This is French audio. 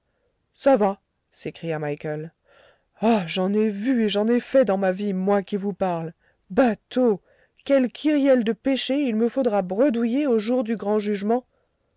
ça va s'écria michael ah j'en ai vu et j'en ai fait dans ma vie moi qui vous parle bateau quelle kyrielle de péchés il me faudra bredouiller au jour du grand jugement